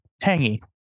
tangy